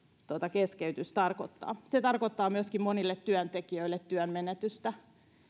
keskeytys tarkoittaa se tarkoittaa myöskin monille työntekijöille työn menetystä